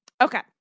Okay